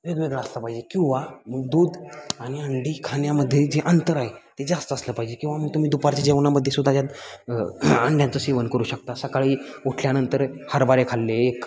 वेगवेगळा असला पाहिजे किंवा दूध आणि अंडी खाण्यामध्ये जे अंतर आहे ते जास्त असलं पाहिजे किंवा मी तुम्ही दुपारच्या जेवणामध्येसुद्धा ज्यात अंड्यांचं सेवन करू शकता सकाळी उठल्यानंतर हरभरे खाल्ले एक